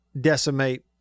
decimate